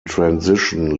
transition